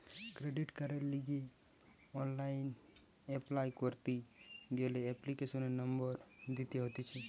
credit কার্ডের লিগে online apply করতি গ্যালে এপ্লিকেশনের নম্বর দিতে হতিছে